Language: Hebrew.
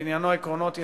שעניינו עקרונות יסוד,